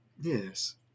yes